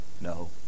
no